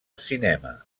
cinema